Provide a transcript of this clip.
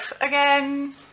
again